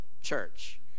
church